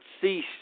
cease